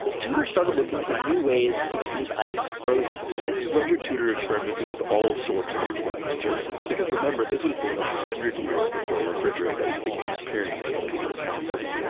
tudor started looking for new ways to keep ice frozen frederick tudor experimented with all sorts of insulating materials because remember, this was more than a hundred years before refrigerators began appearing in people's houses.